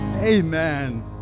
Amen